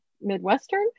Midwestern